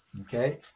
okay